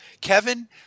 Kevin